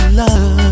love